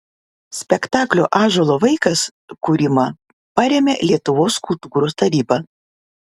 spektaklio ąžuolo vaikas kūrimą parėmė lietuvos kultūros taryba